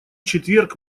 четверг